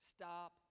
Stop